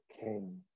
king